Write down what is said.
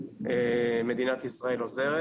מדינת ישראל עוזרת.